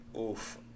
Oof